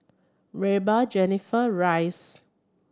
Reba Jenifer Rhys